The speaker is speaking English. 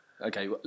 okay